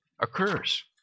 occurs